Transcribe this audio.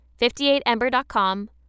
58Ember.com